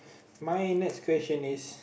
my next question is